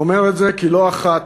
אני אומר את זה כי לא אחת